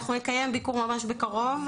ואנחנו נקיים ביקור ממש בקרוב,